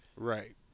Right